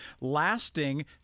lasting